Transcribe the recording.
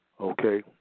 Okay